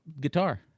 guitar